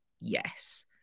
yes